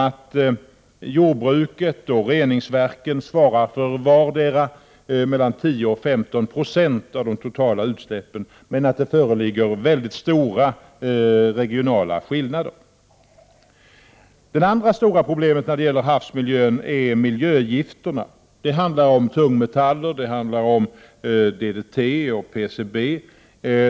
Jordbruket och reningsverken svarar för vardera mellan 10 och 15 96 av de totala utsläppen, men det föreligger mycket stora regionala skillnader. Det andra stora problemet som rör havsmiljön är miljögifterna. Det handlar om tungmetaller, DDT och PCB.